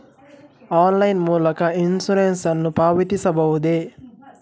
Online ಮೂಲಕ insurance ನ್ನು ಪಾವತಿಸಬಹುದೇ?